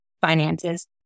finances